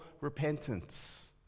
repentance